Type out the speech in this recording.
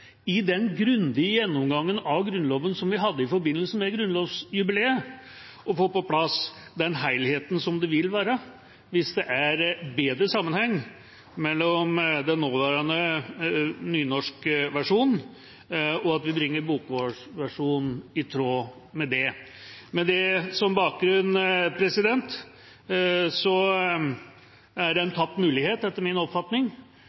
i den grundige gjennomgangen av Grunnloven som vi hadde i forbindelse med grunnlovsjubileet – å få på plass den helheten det vil være, at det blir bedre sammenheng, dersom vi bringer bokmålsversjonen til å være i tråd med den nåværende nynorskversjonen. Med det som bakgrunn er det en tapt mulighet, etter min oppfatning,